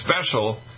special